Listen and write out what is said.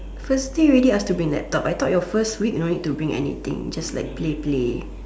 first day already ask to bring laptop I thought your first week you don't need to bring anything just like play play